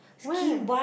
where